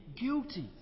guilty